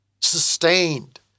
sustained